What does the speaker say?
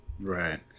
right